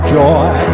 joy